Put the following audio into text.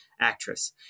actress